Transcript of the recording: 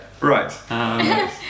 right